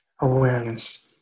Awareness